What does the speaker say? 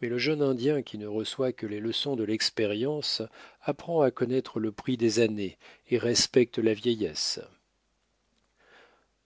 mais le jeune indien qui ne reçoit que les leçons de l'expérience apprend à connaître le prix des années et respecte la vieillesse